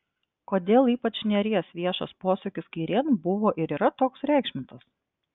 kodėl ypač nėries viešas posūkis kairėn buvo ir yra toks sureikšmintas